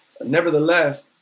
nevertheless